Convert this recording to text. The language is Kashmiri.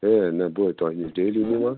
ہے نَہ بٔے تۄہہِ نِش ڈیلی نِوان